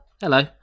Hello